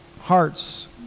hearts